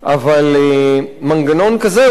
אבל מנגנון כזה הוא שוב,